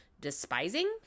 despising